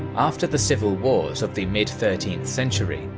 after the civil wars of the mid-thirteenth century,